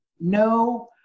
no